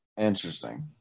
Interesting